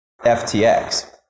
FTX